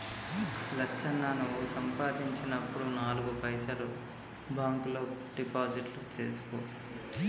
లచ్చన్న నువ్వు సంపాదించినప్పుడు నాలుగు పైసలు బాంక్ లో డిపాజిట్లు సేసుకో